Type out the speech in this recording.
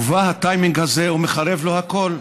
ובא הטיימינג הזה ומחרב לו הכול.